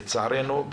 לצערנו,